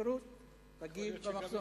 שירות רגיל.